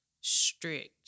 strict